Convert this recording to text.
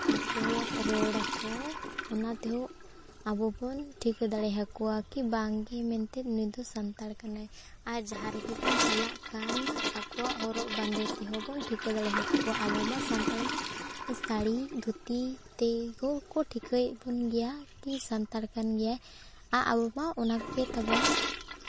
ᱟᱠᱚᱣᱟᱜ ᱨᱚᱲ ᱟᱠᱚ ᱚᱱᱟ ᱛᱮᱦᱚᱸ ᱟᱵᱚ ᱵᱚᱱ ᱴᱷᱤᱠᱟᱹ ᱫᱟᱲᱮᱭᱟᱠᱚᱣᱟ ᱠᱤ ᱵᱟᱝᱜᱮ ᱢᱮᱱᱛᱮ ᱱᱩᱭ ᱫᱚ ᱥᱟᱱᱛᱟᱲ ᱠᱟᱱᱟᱭ ᱟᱨ ᱡᱟᱦᱟᱸ ᱨᱮᱜᱮ ᱵᱚᱱ ᱪᱟᱞᱟᱜ ᱠᱟᱱ ᱟᱠᱚᱣᱟᱜ ᱦᱚᱨᱚᱜ ᱵᱟᱸᱫᱮ ᱛᱮᱦᱚᱸ ᱵᱚᱱ ᱴᱷᱤᱠᱟᱹ ᱫᱟᱲᱮᱭᱟᱠᱚᱣᱟ ᱟᱵᱚ ᱢᱟ ᱥᱟᱱᱛᱟᱲ ᱢᱟ ᱥᱟᱹᱲᱤ ᱫᱷᱩᱛᱤ ᱛᱮᱦᱚᱸ ᱠᱚ ᱴᱷᱤᱠᱟᱹᱭᱮᱫ ᱵᱚᱱ ᱜᱮᱭᱟ ᱠᱤ ᱥᱟᱱᱛᱟᱲ ᱠᱟᱱ ᱜᱮᱭᱟᱭ ᱟᱨ ᱟᱵᱚ ᱢᱟ ᱚᱱᱟᱜᱮ ᱛᱟᱵᱚᱱ